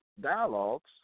dialogues